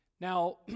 Now